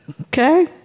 okay